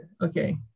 Okay